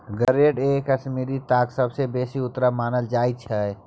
grade A Kashmiri ताग सबसँ बेसी उन्नत मानल जाइ छै